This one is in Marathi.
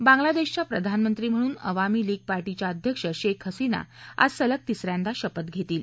बांग्लादेशाच्या प्रधानमंत्री म्हणून अवामी लीग पार्टीच्या अध्यक्ष शेख हसीना आज सलग तिस यांदा शपथ घेतील